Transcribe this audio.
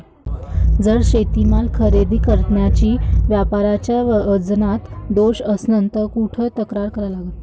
जर शेतीमाल खरेदी करतांनी व्यापाऱ्याच्या वजनात दोष असन त कुठ तक्रार करा लागन?